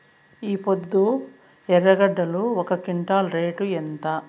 ఈపొద్దు ఎర్రగడ్డలు ఒక క్వింటాలు రేటు ఎంత?